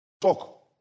Talk